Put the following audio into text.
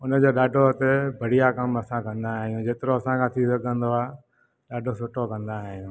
उनजो ॾाढो उते बढ़िया कमु असां कंदा आहियूं जेतिरो असां खां थी सघंदो आहे ॾाढो सुठो कंदा आहियूं